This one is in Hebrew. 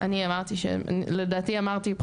לדעתי אמרתי,